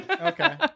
Okay